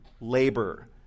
labor